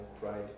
pride